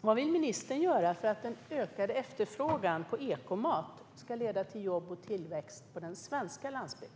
Vad vill ministern göra för att den ökade efterfrågan på ekomat ska leda till jobb och tillväxt på den svenska landsbygden?